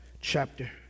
Chapter